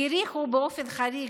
האריכו באופן חריג,